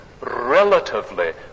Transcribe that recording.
relatively